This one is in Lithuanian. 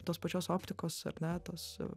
tos pačios optikos ar ne tos su